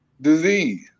disease